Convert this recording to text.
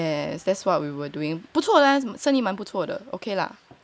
yes that's what we were doing 不错 leh 生意蛮不错的 ok lah